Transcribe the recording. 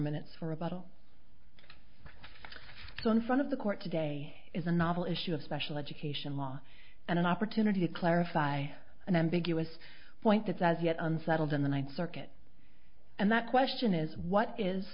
minutes for rebuttal so in front of the court today is a novel issue of special education law and an opportunity to clarify an ambiguous point that's as yet unsettled in the ninth circuit and that question is what is